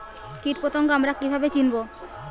কীটপতঙ্গ আমরা কীভাবে চিনব?